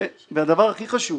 והדבר הכי חשוב: